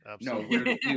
No